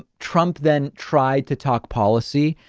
ah trump then tried to talk policy.